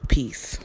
Peace